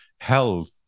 health